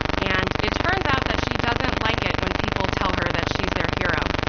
and it turns out that she doesn't like it when people tell her that she's their hero.